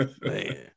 Man